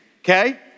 Okay